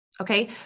Okay